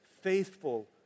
faithful